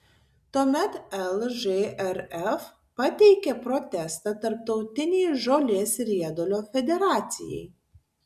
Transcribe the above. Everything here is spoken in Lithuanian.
tuomet lžrf pateikė protestą tarptautinei žolės riedulio federacijai